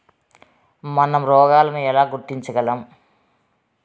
మనం రోగాలను ఎలా గుర్తించగలం?